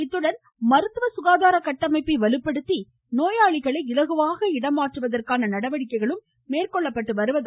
இத்துடன் மருத்துவ சுகாதார கட்டமைப்பை வலுப்படுத்தி நோயாளிகளை இலகுவாக இடம் மாற்றுவதற்கான நடவடிக்கைகளும் மேற்கொள்ளப்பட்டு வருகிறது